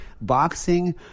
boxing